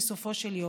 בסופו של יום?